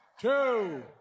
two